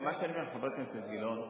חבר הכנסת גילאון,